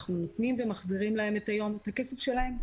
אנחנו מחזירים להם את הכסף שלהם,